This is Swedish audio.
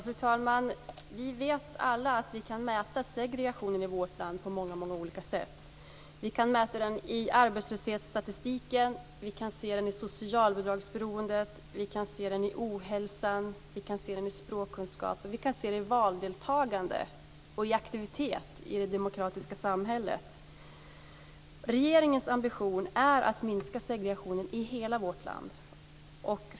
Fru talman! Vi vet alla att vi kan mäta segregationen i vårt land på många olika sätt. Vi kan mäta den i arbetslöshetsstatistik, vi kan se den i socialbidragsberoende, i ohälsa, i språkkunskaper, i valdeltagande och aktivitet i det demokratiska samhället. Regeringens ambition är att minska segregationen i hela vårt land.